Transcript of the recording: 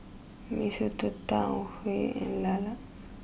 Mee Soto Tau Huay and LaLa